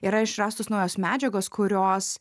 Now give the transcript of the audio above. yra išrastos naujos medžiagos kurios